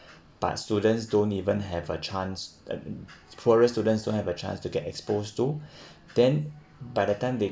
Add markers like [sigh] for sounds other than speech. but students don't even have a chance and poorer students to have a chance to get exposed to [breath] then by the time they